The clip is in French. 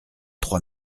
trois